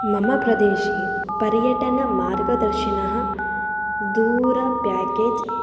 मम प्रदेशे पर्यटनमार्गदर्शनः दूर प्याकेज्